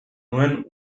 nuen